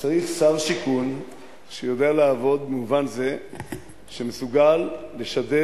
צריך שר שיודע לעבוד במובן זה שמסוגל לשדר